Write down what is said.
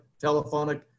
telephonic